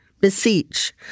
beseech